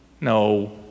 No